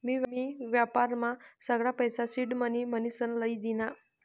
मी व्यापारमा सगळा पैसा सिडमनी म्हनीसन लई दीना